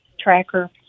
tracker